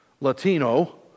latino